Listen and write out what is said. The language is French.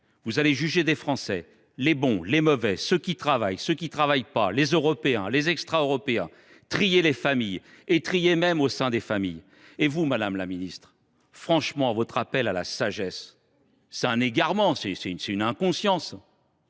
vous allez juger des Français, trier les bons et les mauvais, ceux qui travaillent, ceux qui ne travaillent pas, les Européens, les extra Européens, vous allez trier les familles et trier au sein même des familles. Quant à vous, madame la ministre, franchement, votre appel à la sagesse est un égarement, une inconscience